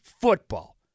football